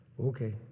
Okay